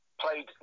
played